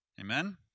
Amen